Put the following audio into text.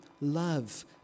love